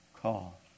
call